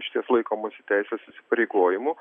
išties laikomasi teisės įsipareigojimų